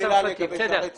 שאלה לגבי שערי צדק.